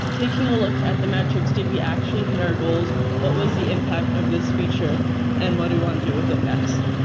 taking a look at the metrics. did we actually hit our goals? what was the impact of this feature and what do and we with it next?